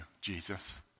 Jesus